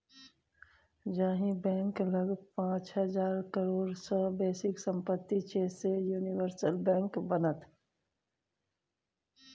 जाहि बैंक लग पाच हजार करोड़ सँ बेसीक सम्पति छै सैह यूनिवर्सल बैंक बनत